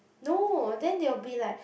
no then there will be like